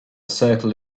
circle